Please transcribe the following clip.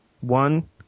One